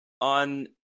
on